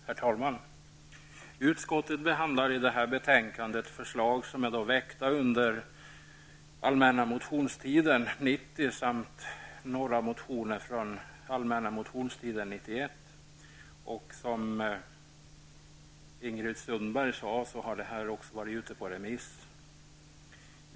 Herr talman! Utskottet behandlar i det här betänkandet förslag som är väckta under den allmänna motionstiden 1990 samt några motioner väckta under den allmänna motionstiden 1991. Som Ingrid Sundberg sade har ärendet varit ute på remiss.